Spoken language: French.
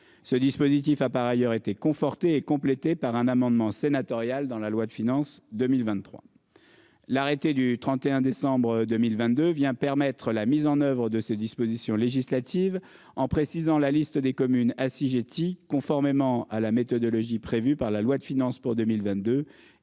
Ce dispositif a par ailleurs été conforté est complété par un amendement sénatorial dans la loi de finances 2023. L'arrêté du 31 décembre 2022 vient permettre la mise en oeuvre de ces dispositions législatives en précisant la liste des communes assujetties conformément à la méthodologie prévu par la loi de finances pour 2022 et